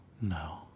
No